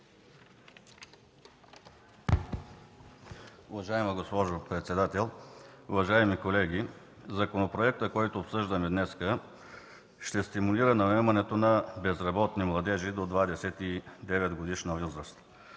Уважаема госпожо председател, уважаеми колеги! Законопроектът, който обсъждаме днес, ще стимулира наемането на безработни младежи до 29-годишна възраст.